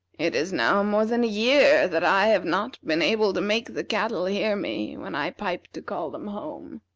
it is now more than a year that i have not been able to make the cattle hear me, when i piped to call them home.